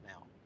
now